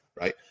right